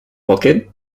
pocket